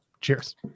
cheers